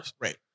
Right